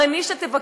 הרי מי שתבקש,